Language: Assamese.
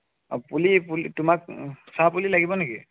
অ পুলি পুলি তোমাক চাহপুলি লাগিব নেকি